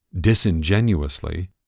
disingenuously